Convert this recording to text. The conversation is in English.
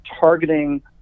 targeting